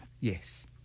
Yes